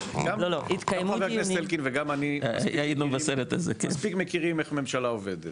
גם חבר הכנסת אלקין וגם אני מספיק מכירים איך ממשלה עובדת.